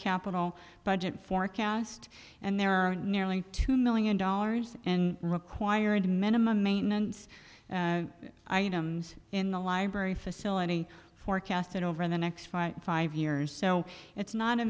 capital budget forecast and there are nearly two million dollars in required minimum maintenance items in the library facility forecasted over the next five years so it's not a